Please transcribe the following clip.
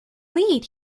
lead